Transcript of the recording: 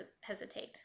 hesitate